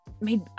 made